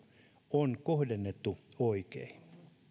on kohdennettu oikein